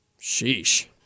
Sheesh